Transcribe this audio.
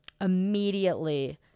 immediately